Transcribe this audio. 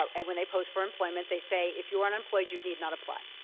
ah and when they post for employment, they say, if you are unemployed, you need not apply.